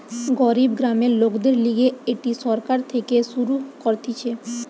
গরিব গ্রামের লোকদের লিগে এটি সরকার থেকে শুরু করতিছে